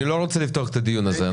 אני לא רוצה לפתוח את הדיון הזה.